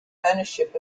ownership